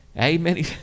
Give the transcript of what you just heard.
Amen